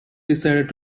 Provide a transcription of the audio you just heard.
decided